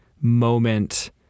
moment